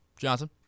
Johnson